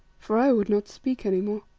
for i would not speak any more.